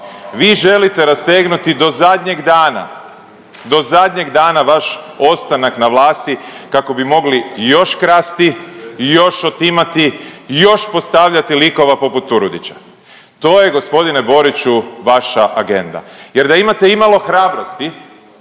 Vi želite rastegnuti do zadnjeg dana, do zadnjeg dana vaš ostanak na vlasti kako bi mogli još krasti, još otimati, još postavljati likova poput Turudića. To je gospodine Boriću vaša agenda. Jer da imate imalo hrabrosti